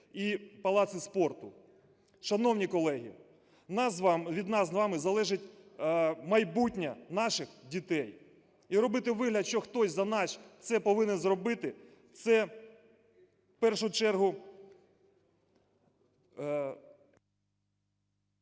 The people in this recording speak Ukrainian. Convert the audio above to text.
і палаци спорту. Шановні колеги, від нас із вами залежить майбутнє наших дітей. І робити вигляд, що хтось за нас це повинен зробити, це в першу чергу…